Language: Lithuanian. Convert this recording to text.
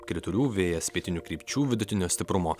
kritulių vėjas pietinių krypčių vidutinio stiprumo